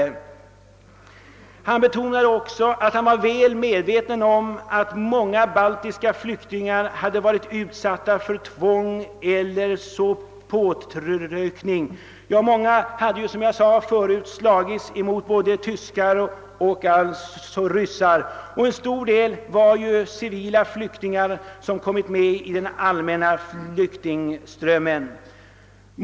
Han betonade också att han var väl medveten om att många baltiska flyktingar hade varit utsatta för tvång eller påtryckning. Många hade, som jag sade förut, slagits mot både tyskar och ryssar, och en stor del var civila flyktingar som kommit med i den allmänna flyktingströmmen.